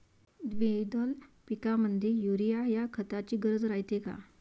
द्विदल पिकामंदी युरीया या खताची गरज रायते का?